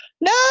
No